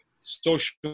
social